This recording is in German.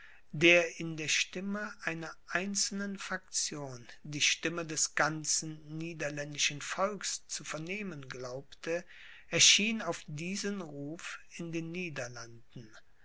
der in der stimme einer einzelnen faktion die stimme des ganzen niederländischen volks zu vernehmen glaubte erschien auf diesen ruf in den niederlanden